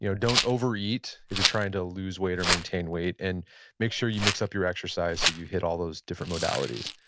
you know don't overeat if you're trying to lose weight or maintain weight, and make sure you mix up your exercise so you hit all those modalities.